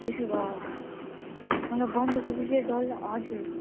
त्यसो भए मलाई बन्दकोपी चाहिँ डल्ला हजुर